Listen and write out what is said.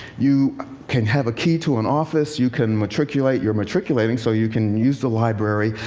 you can have a key to an office, you can matriculate you're matriculating, so you can use the library.